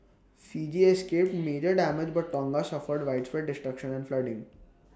Fiji escaped major damage but Tonga suffered widespread destruction and flooding